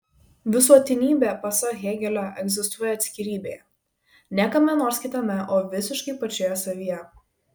visuotinybė pasak hėgelio egzistuoja atskirybėje ne kame nors kitame o visiškai pačioje savyje